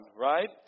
right